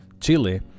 Chile